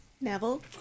Neville